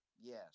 Yes